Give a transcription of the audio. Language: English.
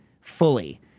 fully